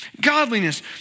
Godliness